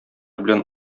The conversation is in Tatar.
белән